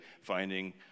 finding